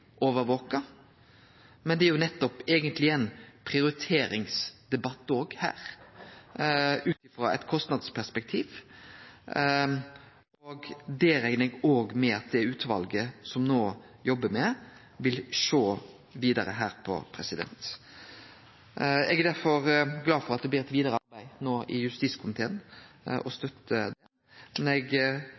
Men dette er eigentleg òg ein prioriteringsdebatt ut frå eit kostnadsperspektiv. Det reknar eg òg med at det utvalet som no jobbar med dette, vil sjå vidare på. Eg er derfor glad for at det no blir eit vidare arbeid i justiskomiteen, og støttar det. Men eg